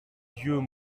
yeux